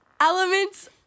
elements